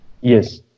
Yes